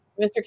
Mr